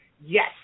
Yes